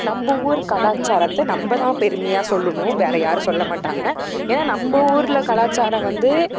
நம்ப ஊர் கலாச்சாரத்தை நம்ப தான் பெருமையாக சொல்லுணும் வேறு யாரும் சொல்லமாட்டாங்க ஏன்னா நம்ப ஊரில் கலாச்சாரம் வந்து